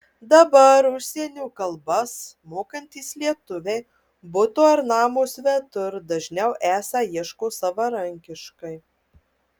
dabar užsienio kalbas mokantys lietuviai buto ar namo svetur dažniau esą ieško savarankiškai